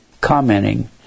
commenting